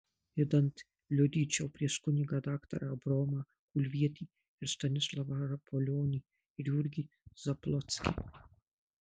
idant liudyčiau prieš kunigą daktarą abraomą kulvietį ir stanislovą rapolionį ir jurgį zablockį